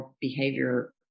behavior